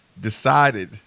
decided